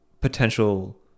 potential